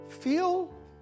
feel